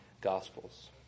Gospels